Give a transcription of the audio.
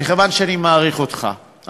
מכיוון שאני מעריך אותך,